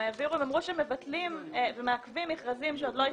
הם אמרו שהם מבטלים ומעכבים מכרזים שעוד לא הסתיימו.